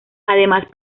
además